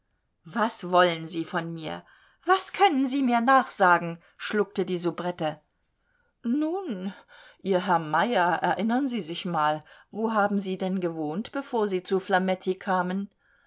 was wollen sie von mir was können sie mir nachsagen schluckte die soubrette nun ihr herr meyer erinnern sie sich mal wo haben sie denn gewohnt bevor sie zu flametti kamen